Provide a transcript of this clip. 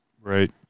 Right